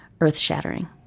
earth-shattering